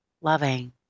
loving